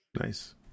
Nice